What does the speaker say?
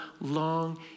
long